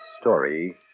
story